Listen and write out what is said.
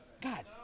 God